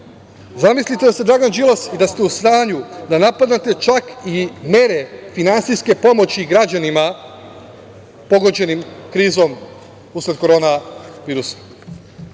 Balkanu. Zamislite da ste Dragan Đilas i da ste u stanju da napadnete čak i mere finansijske pomoći građanima pogođenim krizom usled korona